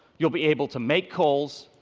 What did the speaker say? you'll be able to make calls,